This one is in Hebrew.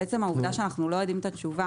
עצם העובדה שאנחנו לא יודעים את התשובה,